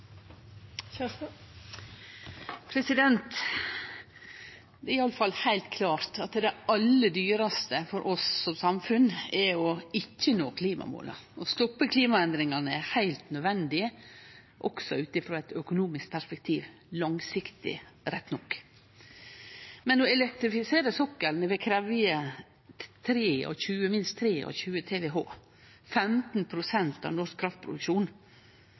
i alle fall heilt klart at det aller dyraste for oss som samfunn er å ikkje nå klimamåla. Å stoppe klimaendringane er heilt nødvendig, også ut frå eit økonomisk perspektiv – langsiktig, rett nok. Men å elektrifisere sokkelen vil krevje minst 23 TWh – 15 pst. av norsk kraftproduksjon.